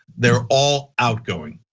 they're all outgoing.